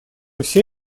все